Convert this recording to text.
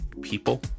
people